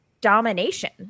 domination